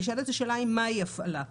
נשאלת השאלה מהי הפעלה.